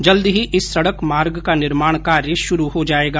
जल्द ही इस सड़क मार्ग का निर्माण कार्य शुरू हो जायेगा